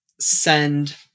send